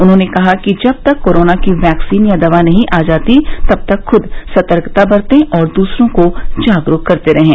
उन्होंने कहा कि जब तक कोरोना की वैक्सीन या दवा नहीं आ जाती तब तक खुद सतर्कता बरतें और दूसरो को जागरूक करते रहें